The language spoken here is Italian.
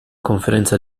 conferenza